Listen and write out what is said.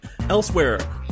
Elsewhere